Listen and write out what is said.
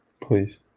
Please